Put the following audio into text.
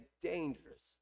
dangerous